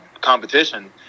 competition